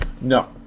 No